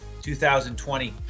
2020